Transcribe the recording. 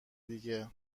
دیگه